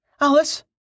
Alice